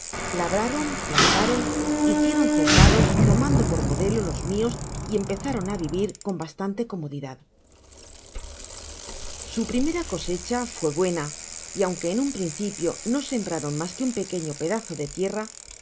labraron plantaron hicieron cercados tomando por modelo los mios y empezaron á vivir con bastante comodidad su primera cosecha fué buena y aunque en un principio no sembraron mas que un pequeño pedazo de tierra